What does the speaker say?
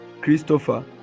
Christopher